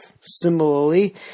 Similarly